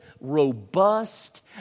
robust